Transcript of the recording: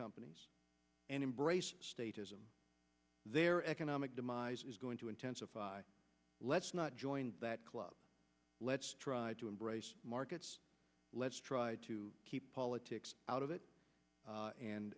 companies and embrace statism their economic demise is going to intensify let's not join that club let's try to embrace markets let's try to keep politics out of it